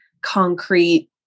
concrete